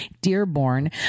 Dearborn